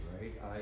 right